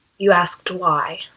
you asked why?